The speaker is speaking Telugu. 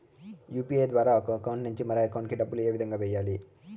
యు.పి.ఐ ద్వారా ఒక అకౌంట్ నుంచి మరొక అకౌంట్ కి డబ్బులు ఏ విధంగా వెయ్యాలి